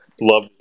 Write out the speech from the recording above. Love